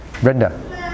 Brenda